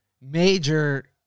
major